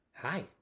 Hi